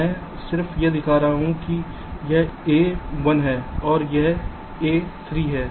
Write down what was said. मैं सिर्फ यह दिखा रहा हूं कि यह A 1 है और यह A 3 है